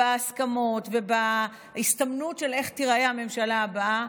בהסכמות ובהסתמנות של איך תיראה הממשלה הבאה,